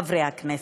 חברי הכנסת.